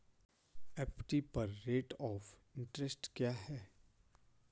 FD पर rate of interest क्या है?